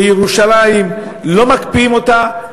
שירושלים לא מקפיאים אותה,